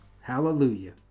Hallelujah